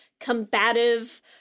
combative